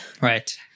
right